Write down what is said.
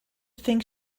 think